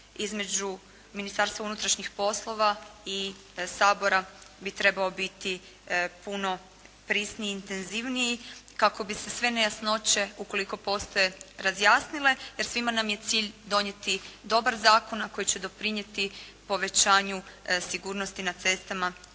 između Ministarstva unutrašnjih poslova i Sabora bi trebao biti puno prisniji i intenzivniji kako bi se sve nejasnoće ukoliko postoje razjasnile jer svima nam je cilj donijeti dobar zakon koji će doprinijeti povećanju sigurnosti na cestama